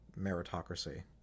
meritocracy